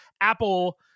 Apple